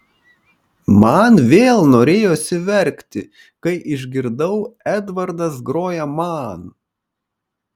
man vėl norėjosi verkti kai išgirdau edvardas groja man